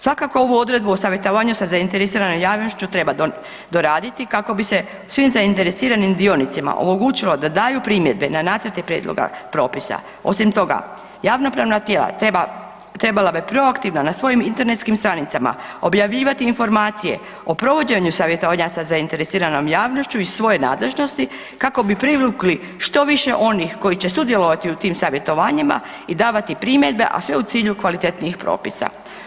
Svakako ovu odredbu o savjetovanju za zainteresiranom javnošću treba doraditi kako bi se svi zainteresiranim dionicima omogućilo da daju primjedbe na nacrte prijedloge propisa, osim toga javnopravna tijela trebala bi na proaktivno na svojim internetskim stranicama objavljivati informacije o provođenju savjetovanja sa zainteresiranom javnošću iz svoje nadležnosti kako bi privukli što više onih koji će sudjelovati u tim savjetovanjima i davati primjedbe, a sve u cilju kvalitetnijih propisa.